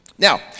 Now